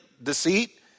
Deceit